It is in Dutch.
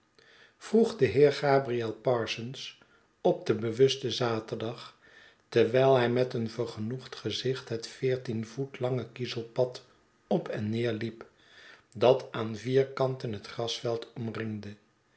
vroeg de heer gabriel parsons op den bewusten zaterdag terwijl hij met een vergenoegd gezicht het veertien voet lange kiezelpad op en neer liep dat aan vier kanten het grasveid omringde